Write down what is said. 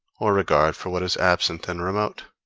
or regard for what is absent and remote.